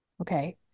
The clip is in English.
okay